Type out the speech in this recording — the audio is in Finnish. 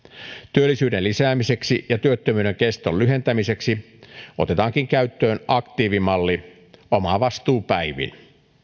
työllisyyden lisäämiseksi ja työttömyyden keston lyhentämiseksi otetaankin käyttöön aktiivimalli omavastuupäivin